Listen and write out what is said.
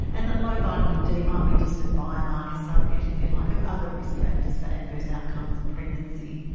and that low vitamin d might be just a biomarker surrogate, if you like, of other risk factors for adverse outcomes in pregnancy.